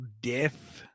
death